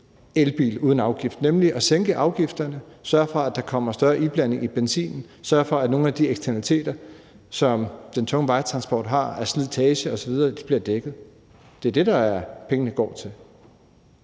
elbil uden afgift, nemlig ved at sænke afgifterne og sørge for, at der kommer større iblanding i benzinen, og ved at sørge for, at nogle af de eksternaliteter, som den tunge vejtransport medfører af slitage osv., bliver dækket. Det er det, pengene går til.